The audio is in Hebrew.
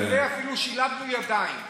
חיכינו יפה, אפילו שילבנו ידיים.